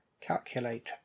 calculate